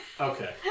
Okay